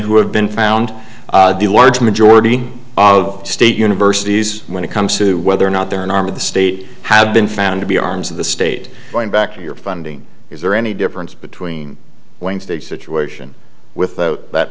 who have been found the large majority of state universities when it comes to whether or not they're an arm of the state have been found to be arms of the state going back to your funding is there any difference between going to a situation with that